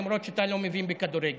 למרות שאתה לא מבין בכדורגל?